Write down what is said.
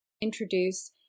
Introduce